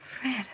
Fred